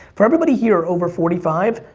for everybody here over forty five,